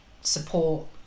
support